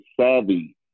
savvy